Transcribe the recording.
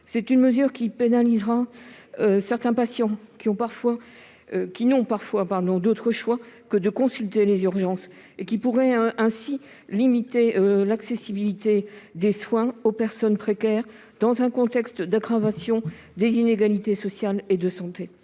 et sociale, et pénalisera certains patients qui n'ont parfois pas d'autre choix que de consulter les urgences. Elle pourrait ainsi limiter l'accessibilité des soins aux personnes précaires dans un contexte d'aggravation des inégalités sociales et de santé.